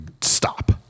stop